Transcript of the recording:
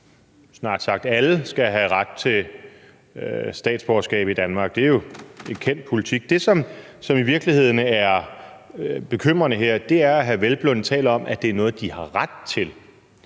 snart sagt alle skal have ret til statsborgerskab i Danmark. Det er jo en kendt politik. Det, som i virkeligheden er bekymrende her, er, at hr. Peder Hvelplund taler om, at det er noget, de har ret til.